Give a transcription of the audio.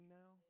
now